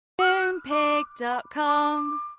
Moonpig.com